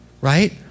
right